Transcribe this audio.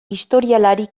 historialari